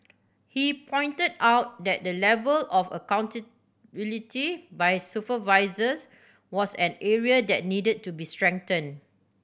he pointed out that the level of accountability by supervisors was an area that needed to be strengthen